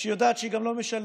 כשהיא יודעת שהיא גם לא משלמת.